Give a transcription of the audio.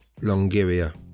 Longiria